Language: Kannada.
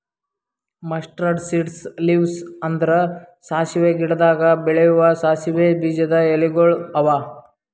ಮಸ್ಟರಡ್ ಸೀಡ್ಸ್ ಲೀವ್ಸ್ ಅಂದುರ್ ಸಾಸಿವೆ ಗಿಡದಾಗ್ ಬೆಳೆವು ಸಾಸಿವೆ ಬೀಜದ ಎಲಿಗೊಳ್ ಅವಾ